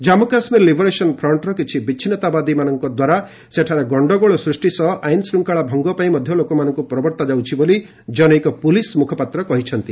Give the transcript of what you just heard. Jammu Kashmir liberation front କିଛି ବିଚ୍ଛିନ୍ନତାବାଦୀ ମାନଙ୍କ ଦ୍ୱାରା ସେଠାରେ ଗଣ୍ଡଗୋଳ ସୃଷ୍ଟି ସହ ଆଇନ ଶ୍ଚଙ୍ଗଳା ଭଙ୍ଗ ପାଇଁ ମଧ୍ୟ ଲୋକମାନଙ୍କୁ ପ୍ରବର୍ତ୍ତା ଯାଉଛି ବୋଲି ଜନୈକ ପୋଲିସ ମୁଖପାତ୍ର କହିଛନ୍ତି